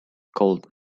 gold